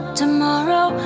tomorrow